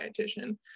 dietitian